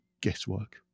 guesswork